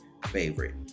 favorite